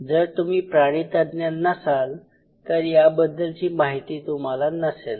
जर तुम्ही प्राणीतज्ञ नसाल तर याबद्दलची माहिती तुम्हाला नसेल